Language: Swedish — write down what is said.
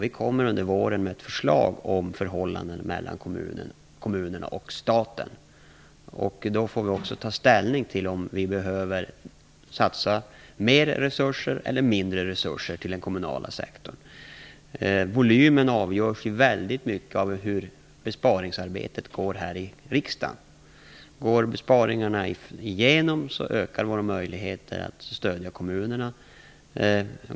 Vi kommer under våren med förslag om förhållandet mellan kommunerna och staten. Då får vi också ta ställning till om vi behöver satsa mer resurser eller mindre resurser på den kommunala sektorn. Volymen avgörs mycket av hur besparingsarbetet går här i riksdagen. Går besparingarna igenom, ökar våra möjligheter att stödja kommunerna.